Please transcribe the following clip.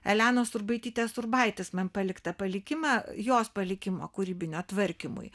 elenos urbaitytės urbaitis man paliktą palikimą jos palikimo kūrybinio tvarkymui